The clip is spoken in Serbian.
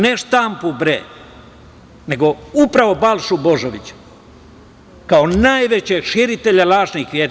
Ne štampu, nego upravo Balšu Božovića kao najvećeg širitelja lažnih vesti.